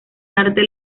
arte